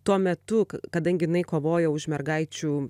tuo metu k kadangi jinai kovojo už mergaičių